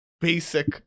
basic